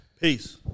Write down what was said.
Peace